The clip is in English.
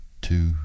two